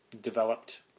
developed